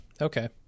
Okay